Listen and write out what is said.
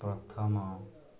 ପ୍ରଥମ